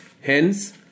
Hence